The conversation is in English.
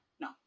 no